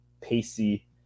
pacey